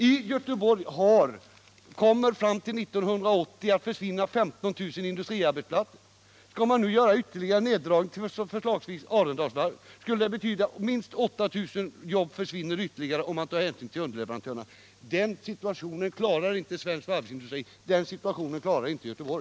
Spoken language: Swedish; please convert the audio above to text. I Göteborg kommer under perioden fram till 1980 15 000 industriarbetsplatser att försvinna. Skall man nu göra ytterligare neddragningar, 109 t.ex. lägga ned Arendalsvarvet, skulle det betyda att minst ytterligare 8 000 jobb försvinner, om man tar hänsyn till underleverantörerna. Den situationen klarar inte svensk varvsindustri. Den situationen klarar inte Göteborg.